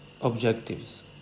Objectives